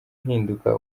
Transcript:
uhinduka